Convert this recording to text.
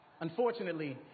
Unfortunately